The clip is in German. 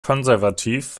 konservativ